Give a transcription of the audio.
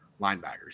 linebackers